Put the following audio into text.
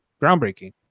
groundbreaking